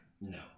No